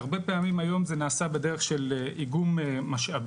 הרבה פעמים היום זה נעשה בדרך של איגום משאבים,